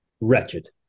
wretched